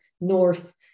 north